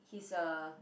he's a